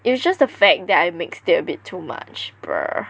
it was just the fact that I mixed it a bit too much bruh